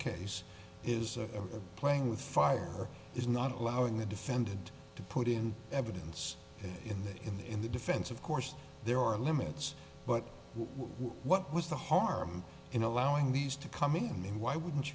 case is playing with fire is not allowing the defendant to put in evidence in the in the in the defense of course there are limits but what was the harm in allowing these to coming in why wouldn't